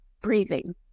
breathing